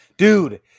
Dude